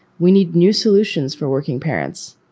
we need new solutions for working parents.